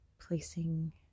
placing